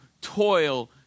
toil